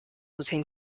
between